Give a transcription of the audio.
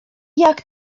jak